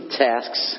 tasks